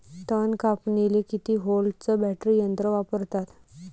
तन कापनीले किती व्होल्टचं बॅटरी यंत्र वापरतात?